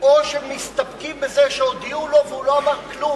או שמסתפקים בזה שהודיעו לו והוא לא אמר כלום.